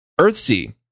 Earthsea